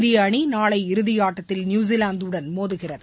இந்திய அணி நாளை இறுதியாட்டத்தில் நியுசிலாந்துடன் மோதுகிறது